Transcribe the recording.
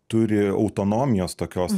turi autonomijos tokios